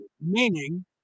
meaning